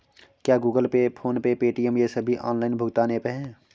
क्या Google Pay PhonePe Paytm ये सभी ऑनलाइन भुगतान ऐप हैं?